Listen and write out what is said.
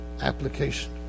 application